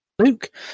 Luke